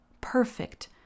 Perfect